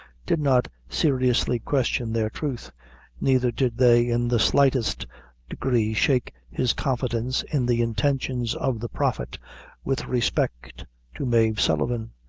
did not seriously question their truth neither did they in the slightest degree shake his confidence in the intentions of the prophet with respect to mave sullivan.